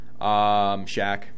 Shaq